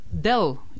Dell